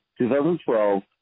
2012